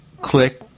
click